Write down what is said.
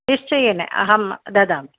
निश्चयेन अहं ददामि